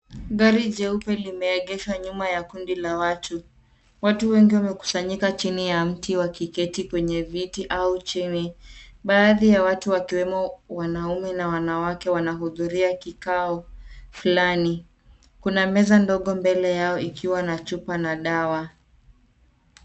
Gari jeupe limeegeshwa nyuma ya kundi la watu. Watu wengi wamekusanyika chini ya mti wakiketi kwenye viti au chini. Baadhi ya watu wakiwemo wanaume na wanawake wanahudhuria kikao fulani. Kuna meza ndogo mbele yao ikiwa na chupa na dawa.